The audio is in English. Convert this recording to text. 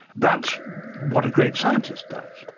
that's what a great scientist does.